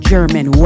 German